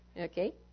Okay